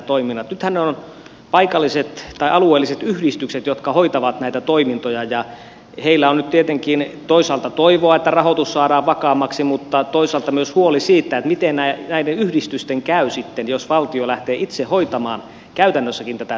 nythän ne ovat alueelliset yhdistykset jotka hoitavat näitä toimintoja ja heillä on nyt tietenkin toisaalta toivoa että rahoitus saadaan vakaammaksi mutta toisaalta on myös huoli siitä miten näiden yhdistysten käy sitten jos valtio lähtee itse hoitamaan käytännössäkin tätä työtä